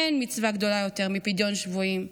אין מצווה גדולה יותר מפדיון שבויים.